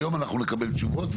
היום אנחנו נקבל תשובות.